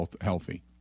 healthy